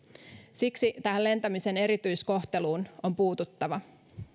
siksi tähän lentämisen erityiskohteluun on puututtava